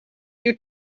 you